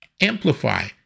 Amplify